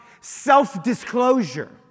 self-disclosure